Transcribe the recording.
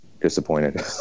disappointed